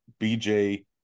BJ